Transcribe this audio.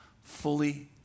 Fully